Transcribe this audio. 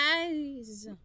eyes